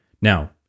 Now